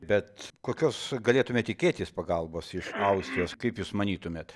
bet kokios galėtumėme tikėtis pagalbos iš austrijos kaip jūs manytumėt